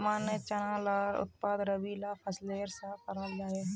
सामान्य चना लार उत्पादन रबी ला फसलेर सा कराल जाहा